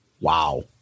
Wow